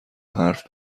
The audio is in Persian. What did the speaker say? حرف